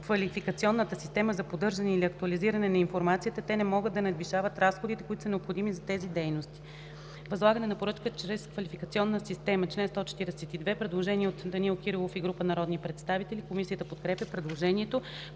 квалификационната система за поддържане или актуализиране на информацията, те не могат да надвишават разходите, които са необходими за тези дейности.” „Възлагане на поръчка чрез квалификационна система.” Има предложение от народния представител Данаил Кирилов и група народни представители. Комисията подкрепя предложението.